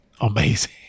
amazing